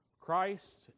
Christ